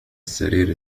السرير